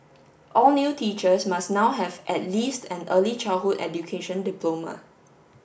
all new teachers must now have at least an early childhood education diploma